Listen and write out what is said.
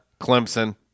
Clemson